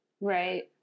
Right